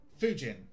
Fujin